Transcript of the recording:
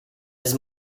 his